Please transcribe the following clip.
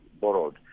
borrowed